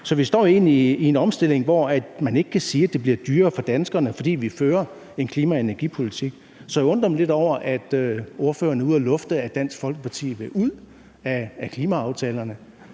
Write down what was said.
Så vi står egentlig i en omstilling, hvor man ikke kan sige, at det bliver dyrere for danskerne, fordi vi fører en klima- og energipolitik. Så jeg undrer mig lidt over, at ordføreren er ude at lufte, at Dansk Folkeparti vil ud af klimaaftalerne.